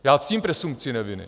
Já ctím presumpci neviny.